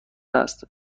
است